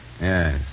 Yes